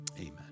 Amen